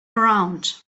around